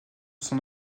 son